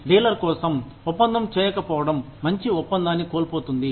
dealer కోసం ఒప్పందం చేయకపోవడం మంచి ఒప్పందాన్ని కోల్పోతుంది